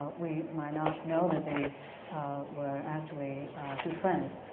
we might not know that they were actually good friends,